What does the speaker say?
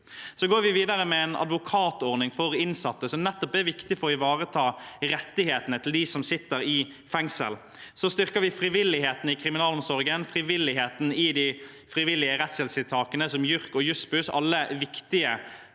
Så går vi videre med en advokatordning for innsatte, som er viktig nettopp for å ivareta rettighetene til dem som sitter i fengsel. Så styrker vi frivilligheten i kriminalomsorgen, frivilligheten i de frivillige rettshjelpstiltakene, som JURK og Jussbuss, som alle er viktige